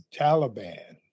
Taliban